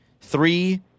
three